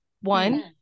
one